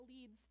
leads